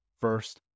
first